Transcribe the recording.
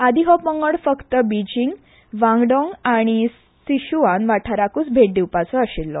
आदीं हो पंगड फक्त बिजींग वांगडाँ आनी सिशुआन वाठाराकूच भेट दिवपाचो आशिल्लो